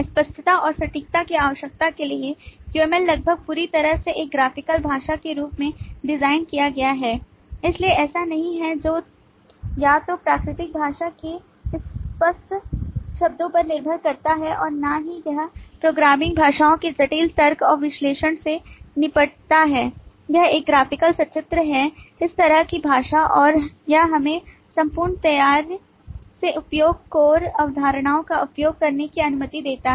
स्पष्टता और सटीकता की आवश्यकता के लिए UML लगभग पूरी तरह से एक graphical भाषा के रूप में डिज़ाइन किया गया है इसलिए ऐसा नहीं है जो या तो प्राकृतिक भाषा के अस्पष्ट शब्दों पर निर्भर करता है और न ही यह प्रोग्रामिंग भाषाओं के जटिल तर्क और विश्लेषण से निपटता है यह एक graphical सचित्र है इस तरह की भाषा और यह हमें संपूर्ण तैयार से उपयोग core अवधारणाओं का उपयोग करने की अनुमति देता है